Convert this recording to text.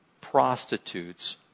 prostitutes